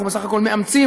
אנחנו בסך הכול מאמצים